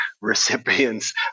recipients